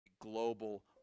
global